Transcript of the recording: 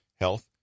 health